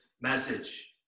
message